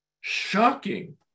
shocking